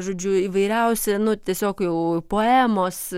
žodžiu įvairiausi nu tiesiog jau poemos